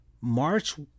March